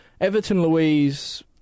Everton-Louise